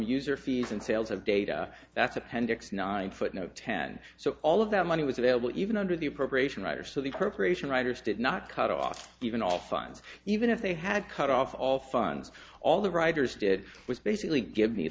user fees and sales of data that's appendix nine footnote ten so all of that money was available even under the appropriation writer so the appropriation writers did not cut off even all funds even if they had cut off all fun all the writers did was basically give the